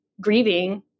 grieving